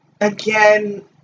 again